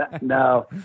no